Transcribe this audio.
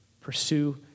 pursue